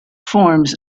forms